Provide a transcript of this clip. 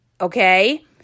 okay